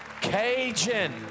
Cajun